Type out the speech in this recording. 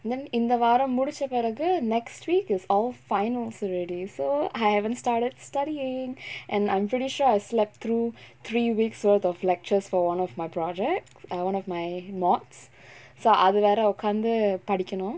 then இந்த வாரோ முடிச்ச பிறகு:intha vaaro mudicha piragu next week is our finals already so I haven't started studying and I'm pretty sure I slept through three weeks worth of lectures for one of my project err one of my modules so அது வேற உக்காந்து படிக்கனும்:athu vera ukkaanthu padikkanum